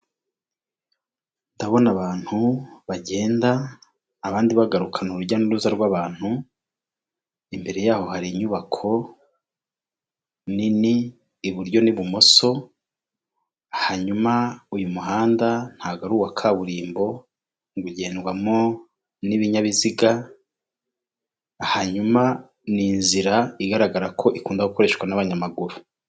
Ndabona abantu bagenda abandi bagarukana, ni urujya n'uruza rw'abantu imbere y'aho hari inyubako nini iburyo n'ibumoso, hanyuma uyu muhanda ntago ari uwa kaburimbo ngo ugendwamo n'ibinyabiziga, hanyuma ni inzira igaragara ko ikunda gukoreshwa n'abanyamaguru.